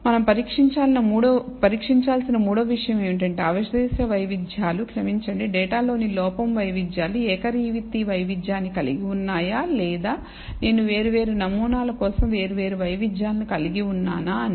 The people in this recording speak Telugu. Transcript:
మనం పరీక్షించాల్సిన మూడవ విషయం ఏమిటంటే అవశేష వైవిధ్యాలు I క్షమించండి డేటాలోని లోపం వైవిధ్యాలు ఏకరీతి వైవిధ్యాన్ని కలిగి ఉన్నాయా లేదా నేను వేర్వేరు నమూనాల కోసం వేర్వేరు వైవిధ్యాలను కలిగి ఉన్నానా అని